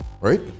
right